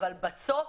אבל בסוף,